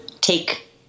take